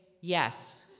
Yes